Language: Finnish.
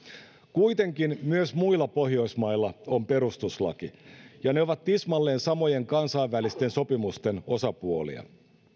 kuitenkin myös muilla pohjoismailla on perustuslaki ja ne ovat tismalleen samojen kansainvälisten sopimusten osapuolia